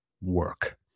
work